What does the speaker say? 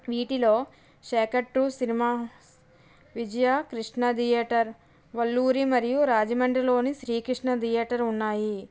వీటిలో చేకట్టు cinema Vijaya Krishna theatre Valluri మరియు రాజమండ్రిలోని శ్రీకృష్ణ థియేటర్ ఉన్నాయి